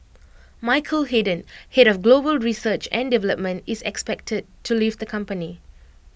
Michael Hayden Head of global research and development is expected to leave the company